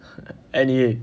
N_E_A